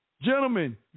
Gentlemen